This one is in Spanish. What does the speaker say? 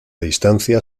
distancia